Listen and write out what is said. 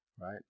right